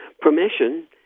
permission